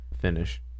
finish